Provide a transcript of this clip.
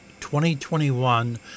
2021